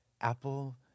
Apple